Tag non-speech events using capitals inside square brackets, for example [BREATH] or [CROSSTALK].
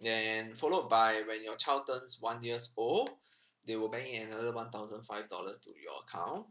then followed by when your child turns one years old [BREATH] they will bank in another one thousand five dollars to your account